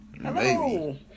hello